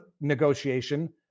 negotiation